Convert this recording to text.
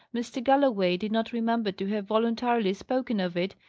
mr. galloway did not remember to have voluntarily spoken of it,